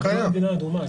ממדינה אדומה.